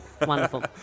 Wonderful